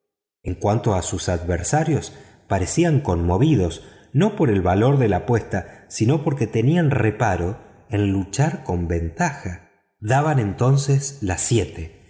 en cuanto a sus adversarios parecían conmovidos no por el valor de la apuesta sino porque tenían reparo en luchar con ventaja daban entonces las siete